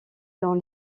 dans